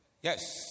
Yes